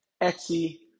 Etsy